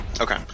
Okay